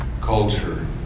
culture